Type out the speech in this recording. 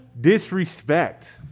disrespect